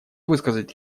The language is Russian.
высказать